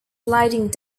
sliding